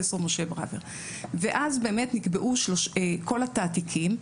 ואז באמת נקבעו כל התעתיקים,